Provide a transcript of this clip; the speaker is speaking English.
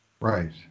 right